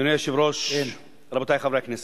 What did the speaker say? אדוני היושב-ראש, רבותי חברי הכנסת,